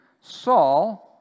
Saul